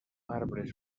arbres